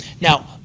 Now